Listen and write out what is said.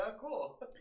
cool